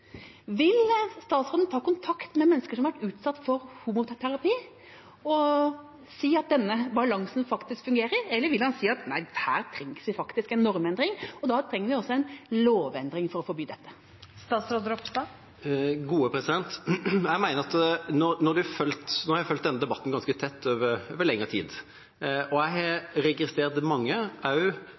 Vil statsråden ta kontakt med mennesker som har vært utsatt for homoterapi og si at denne balansen fungerer, eller vil han si at her trengs det faktisk en normendring, og da trenger vi også en lovendring for å forby dette? Nå har jeg fulgt denne debatten ganske tett over lengre tid, og jeg har registrert at mange